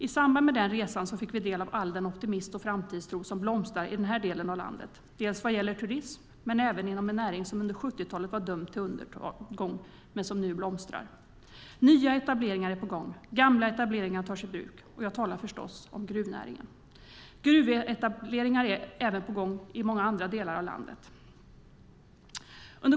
I samband med den resan fick vi del av all den optimism och framtidstro som blomstrar i den här delen av landet vad gäller turism men även inom en näring som under 70-talet var dömd till undergång men som nu blomstrar. Nya etableringar är på gång, och gamla etableringar tas i bruk på nytt. Jag talar förstås om gruvnäringen. Gruvetableringar är även på gång i många andra delar av landet.